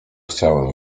chciałem